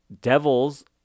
devils